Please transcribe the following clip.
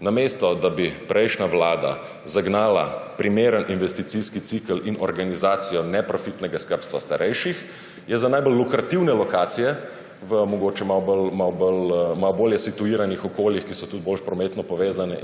Namesto da bi prejšnja vlada zagnala primeren investicijski cikel in organizacijo neprofitnega skrbstva starejših, je za najbolj lukrativne lokacije v mogoče malce bolje situiranih okoljih, ki so tudi bolje prometno povezane,